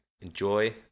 enjoy